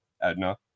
Edna